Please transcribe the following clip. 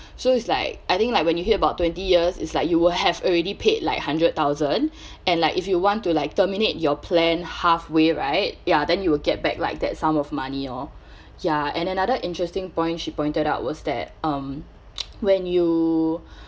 so is like I think like when you hit about twenty years is like you will have already paid like hundred thousand and like if you want to like terminate your plan halfway right ya then you will get back like that sum of money orh ya and another interesting point she pointed out was that um when you